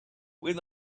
with